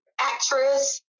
actress